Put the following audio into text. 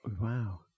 Wow